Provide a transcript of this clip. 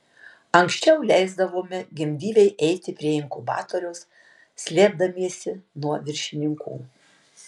anksčiau leisdavome gimdyvei eiti prie inkubatoriaus slėpdamiesi nuo viršininkų